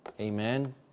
Amen